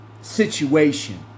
situation